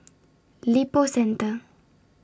Lippo Centre